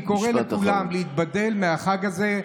אני קורא לכולם להיבדל מהחג הזה,